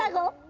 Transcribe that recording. yeah go.